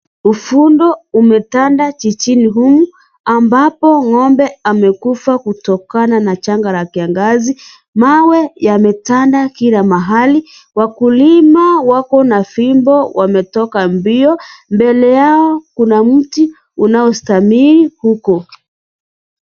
Ufundo imumetanda jijini humu ambapo ngombe amekufa kutokana na janga la kiangazi . Mawe yametanda kila mahali wakulima wako na fimbo wametoka mbio mbele yao kuna mti unaostawi huko.